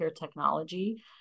technology